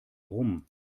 rum